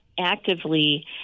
actively